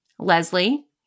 Leslie